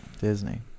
Disney